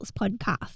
podcast